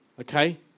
Okay